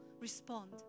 respond